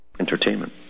entertainment